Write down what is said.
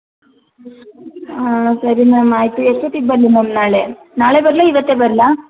ಹಾಂ ಸರಿ ಮ್ಯಾಮ್ ಆಯಿತು ಎಷ್ಟೊತ್ತಿಗೆ ಬರಲಿ ಮ್ಯಾಮ್ ನಾಳೆ ನಾಳೆ ಬರಲಾ ಇವತ್ತೇ ಬರಲಾ